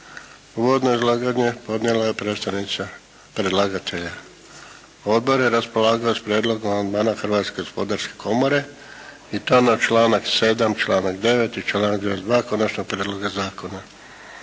Uvodno izlaganje podnijela je predstavnica predlagatelja. Odbor je raspolagao s prijedlogom amandmana Hrvatske gospodarske komore i to na članak 7., članak 9., i članak 22. Konačnog prijedloga zakona.